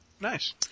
nice